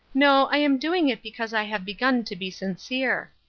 no, i'm doing it because i have begun to be sincere.